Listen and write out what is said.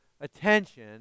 attention